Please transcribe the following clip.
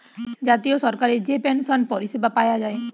জাতীয় সরকারি যে পেনসন পরিষেবা পায়া যায়